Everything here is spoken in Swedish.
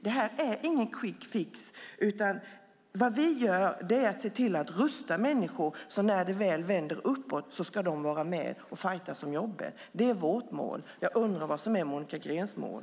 Det här är ingen quick fix, utan vad vi gör är att se till att rusta människor så att när det väl vänder uppåt ska de vara med och fajtas om jobben. Det är vårt mål. Jag undrar vad som är Monica Greens mål.